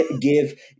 give